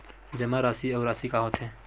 जमा राशि अउ राशि का होथे?